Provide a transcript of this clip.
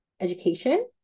education